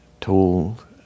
told